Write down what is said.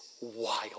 wild